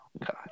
god